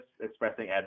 expressing